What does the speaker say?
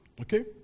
Okay